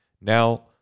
Now